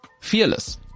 fearless